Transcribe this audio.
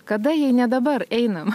kada jei ne dabar einam